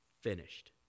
finished